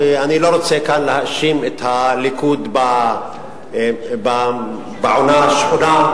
אני לא רוצה כאן להאשים את הליכוד בעונה השחונה,